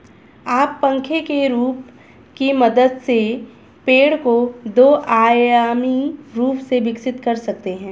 आप पंखे के रूप की मदद से पेड़ को दो आयामी रूप से विकसित कर सकते हैं